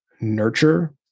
nurture